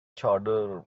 چادر